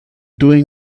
doing